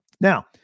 Now